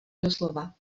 doslova